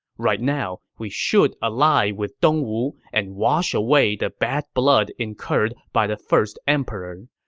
right now, we should ally with dongwu and wash away the bad blood incurred by the first emperor.